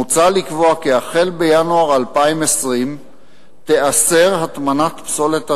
מוצע לקבוע כי מינואר 2020 תיאסר הטמנת פסולת אריזות,